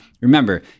remember